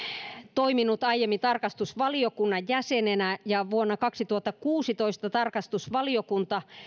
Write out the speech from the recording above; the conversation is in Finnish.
toiminut aiemmin tarkastusvaliokunnan jäsenenä ja vuonna kaksituhattakuusitoista tarkastusvaliokunta